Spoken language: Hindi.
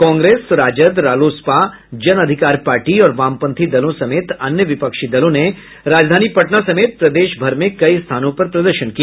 कांग्रेस राजद रालोसपा जन अधिकार पार्टी और वामपंथी दलों समेत अन्य विपक्षी दलों ने राजधानी पटना समेत प्रदेश भर में कई स्थानों पर प्रदर्शन किया